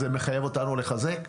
זה מחייב אותנו לחזק.